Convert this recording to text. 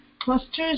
clusters